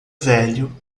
velho